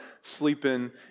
sleeping